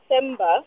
december